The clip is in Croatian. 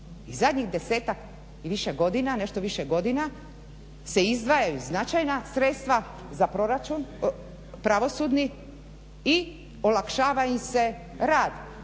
i zadnjih 10-ak i nešto više godina se izdvajaju značajna sredstva za proračun pravosudni i olakšava im se rad.